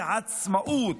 לעצמאות.